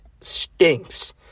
stinks